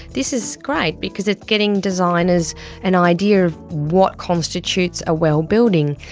this is great because it's getting designers an idea of what constitutes a well building.